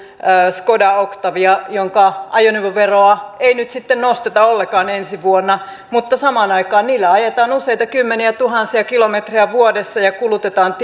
skoda octaviassa jonka ajoneuvoveroa ei nyt sitten nosteta ollenkaan ensi vuonna mutta samaan aikaan niillä ajetaan useita kymmeniä tuhansia kilometrejä vuodessa ja kulutetaan